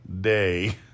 day